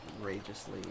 outrageously